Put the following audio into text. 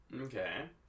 Okay